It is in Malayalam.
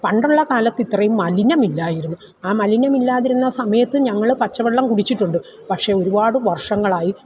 പണ്ടുള്ള കാലത്ത് ഇത്രയും മലിനമില്ലായിരുന്നു ആ മലിനമില്ലാതിരുന്ന സമയത്ത് ഞങ്ങൾ പച്ചവെള്ളം കുടിച്ചിട്ടുണ്ട് പക്ഷേ ഒരുപാട് വർഷങ്ങളായി